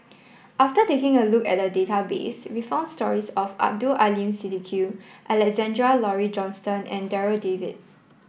after taking a look at a database we found stories of Abdul Aleem Siddique Alexander Laurie Johnston and Darryl David